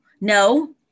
No